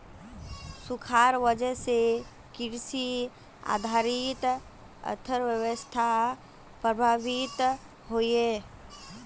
सुखार वजह से कृषि आधारित अर्थ्वैवास्था प्रभावित होइयेह